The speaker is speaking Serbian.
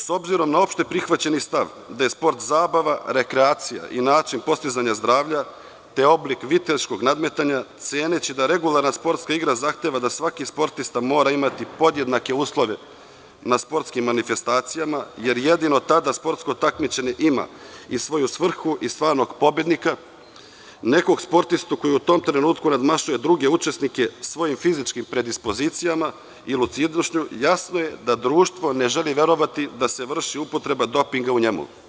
S obzirom na opšteprihvaćeni stav da je sport zabava, rekreacija i način postizanja zdravlja, te oblik viteškog nadmetanja, ceneći da regularna sportska igra zahteva da svaki sportista mora imati podjednake uslove na sportskim manifestacijama, jer jedino tada sportsko takmičenje ima i svoju svrhu i stvarnog pobednika, nekog sportistu koji u tom trenutku nadmašuje druge učesnike svojim fizičkim predispozicijama i lucidnošću, jasno je da društvo ne želi verovati da se vrši upotreba dopinga u njemu.